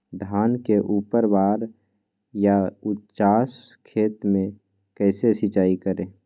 धान के ऊपरवार या उचास खेत मे कैसे सिंचाई करें?